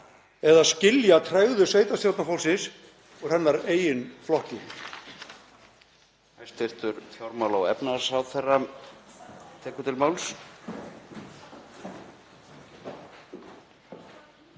eða skilji tregðu sveitarstjórnarfólksins úr hennar eigin flokki.